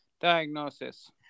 diagnosis